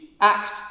act